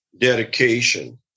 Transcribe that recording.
dedication